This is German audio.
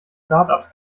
startups